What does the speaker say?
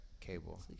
cable